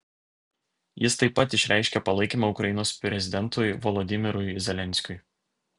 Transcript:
jis taip pat išreiškė palaikymą ukrainos prezidentui volodymyrui zelenskiui